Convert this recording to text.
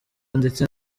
ndetse